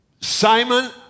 Simon